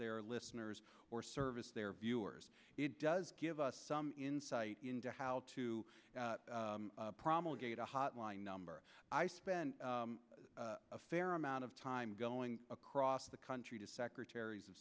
their listeners or service their viewers it does give us some insight into how to promulgated a hotline number i spent a fair amount of time going across the country to secretaries of